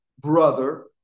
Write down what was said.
brother